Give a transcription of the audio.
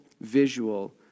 visual